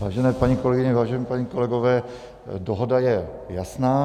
Vážené paní kolegyně, vážení páni kolegové, dohoda je jasná.